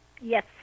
Yes